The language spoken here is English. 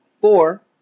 four